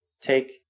Take